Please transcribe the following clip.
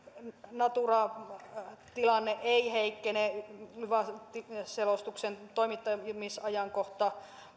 natura tilanne ei heikkene vaikka selostuksen toimittamisajankohta